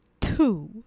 two